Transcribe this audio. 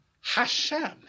Hashem